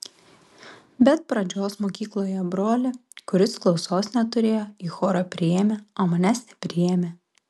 bet pradžios mokykloje brolį kuris klausos neturėjo į chorą priėmė o manęs nepriėmė